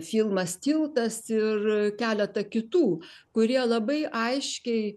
filmas tiltas ir keleta kitų kurie labai aiškiai